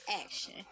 action